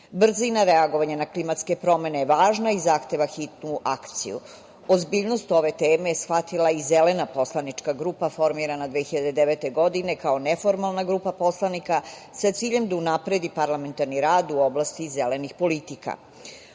reagovanja na klimatske promene je važna i zahteva hitnu akciju. Ozbiljnost ove teme je shvatila i Zelena poslanička grupa formirana 2009. godine kao neformalna grupa poslanika sa ciljem da unapredi parlamentarni rad u oblasti zelenih politika. Ova